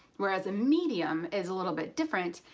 whereas a medium is a little bit different.